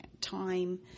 time